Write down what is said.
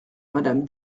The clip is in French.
madame